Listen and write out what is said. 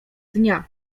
dnia